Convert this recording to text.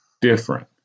different